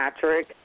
Patrick